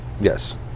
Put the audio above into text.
yes